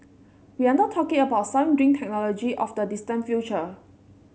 we are not talking about some dream technology of the distant future